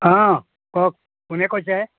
অঁ কওক কোনে কৈছে